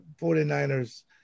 49ers